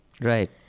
Right